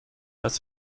was